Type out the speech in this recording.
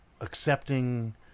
accepting